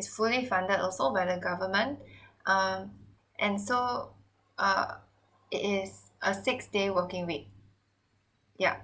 is fully funded also by the government um and so uh it is a six day working week yeah